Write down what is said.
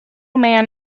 man